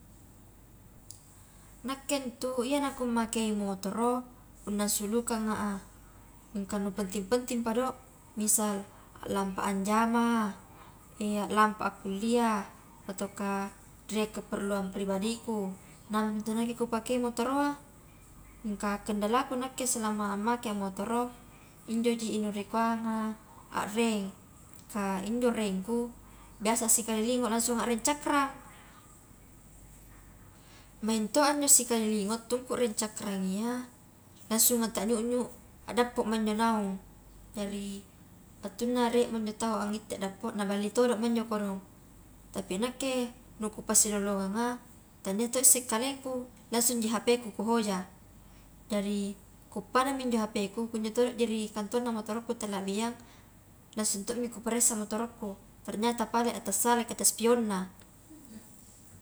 Nakke ntu iyana ku make motoro punna sulukanga a, mingka nu penting-pentingpa do, misal lampa a anjama, lampa a kuliah, ataukah rie keperluan pribadiku, naungmi intu nakke kupakei motoro a, kah kendalaku nakke selama ammakea motoro injoji ri kuanga a reng, kah injo rengku biasa sikali liwa langsunga a reng cakrang, maing to anjo sikali liwa attungku reng cakrang iya, langsunga ta nyunyu a dappoma njo naung, jari attunna rie mo njo tau angitte dappo naballi todo ma injo kodong tapi nakke nu kupasilolonganga tania to isse kalengku, langsungji hpku ku hoja jari ku uppanami injo kunjo todo ji ri kantongna motorokku tala biang lansung to mi ku paressa motorku, ternyata pale a tassalai kaca spionna.